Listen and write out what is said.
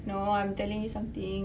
no I'm telling you something